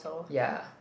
ya